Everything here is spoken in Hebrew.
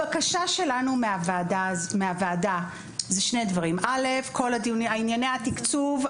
הבקשה שלנו מהוועדה שני דברים ענייני התקצוב,